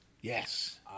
Yes